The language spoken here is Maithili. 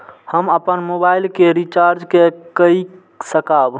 हम अपन मोबाइल के रिचार्ज के कई सकाब?